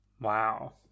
Wow